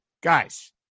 guys